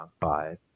five